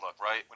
right